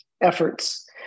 efforts